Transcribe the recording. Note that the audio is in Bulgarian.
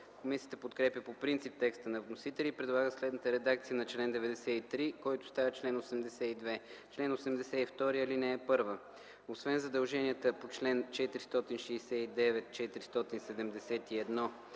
Комисията подкрепя по принцип текста на вносителя и предлага следната редакция на чл. 93, който става чл. 82: „Чл. 82. (1) Освен задълженията по чл. 469-471